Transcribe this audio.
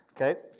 Okay